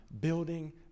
building